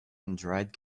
android